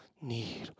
need